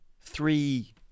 three